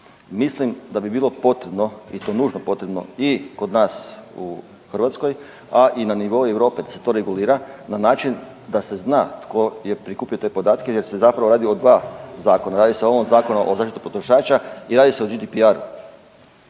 Mislim da bi bilo potrebno i to nužno potrebno i kod nas u Hrvatskoj, a i na nivo Europe da se to regulira na način da se zna tko je prikupljao te podatke jer se zapravo radi o 2 zakona, radi se o ovom Zakonu o zaštiti potrošača i radi se o GDPR-u.